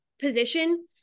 position